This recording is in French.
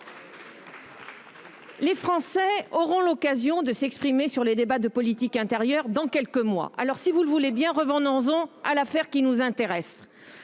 Les Français auront l'occasion de s'exprimer sur les débats de politique intérieure dans quelques mois. Alors, si vous le voulez bien, revenons à l'affaire qui nous intéresse